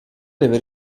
deve